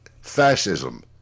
fascism